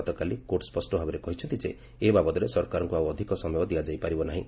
ଗତକାଲି କୋର୍ଟ ସ୍ୱଷ୍ଟ ଭାବରେ କହିଛନ୍ତି ଯେ ଏ ବାବଦରେ ସରକାରଙ୍କୁ ଆଉ ଅଧିକ ସମୟ ଦିଆଯାଇ ପାରିବ ନାହିଁ